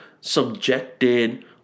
subjected